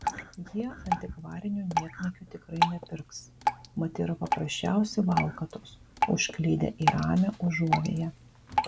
jie antikvarinių niekniekių tikrai nepirks mat yra paprasčiausi valkatos užklydę į ramią užuovėją